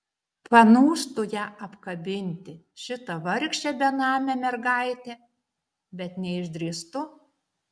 panūstu ją apkabinti šitą vargšę benamę mergaitę bet neišdrįstu